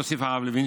מוסיף הרב לוין,